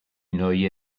neue